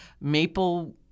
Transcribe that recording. Maple